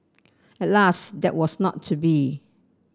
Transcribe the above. alas that was not to be